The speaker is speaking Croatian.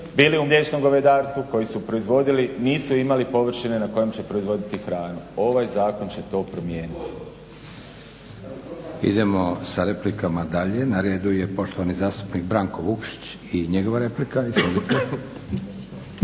bili u mliječnom govedarstvu koji su proizvodili nisu imali površine na kojem će proizvoditi hranu. Ovaj zakon će to promijeniti. **Leko, Josip (SDP)** Idemo sa replikama dalje. Na radu je poštovani zastupnik Branko Vukšić i njegova replika.